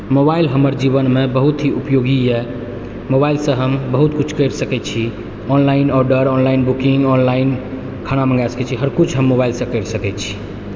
mobile हमर जीवनमे बहुत ही उपयोगी यऽ मोबाइलसँ हम बहुत कुछ करि सकै छी online order online booking online खाना मङ्गा सकै छी हर किछु हम मोबाइलसँ करि सकै छी